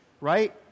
right